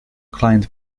client